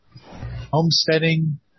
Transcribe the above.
homesteading